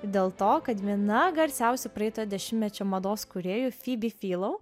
dėl to kad viena garsiausių praeito dešimtmečio mados kūrėjų fibi filou